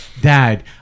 Dad